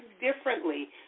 differently